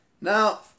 Now